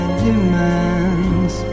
demands